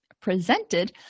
presented